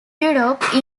europe